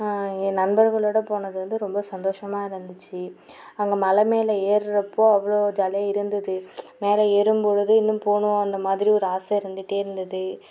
என் நண்பர்களோட போனது வந்து ரொம்ப சந்தோஷமாக இருந்துச்சு அங்கே மலை மேலே ஏறுகிற அப்போ அவ்வளோ ஜாலியாக இருந்தது மேலே ஏறும் பொழுது இன்னும் போகனும் அந்த மாதிரி ஒரு ஆசை இருந்துகிட்டே இருந்தது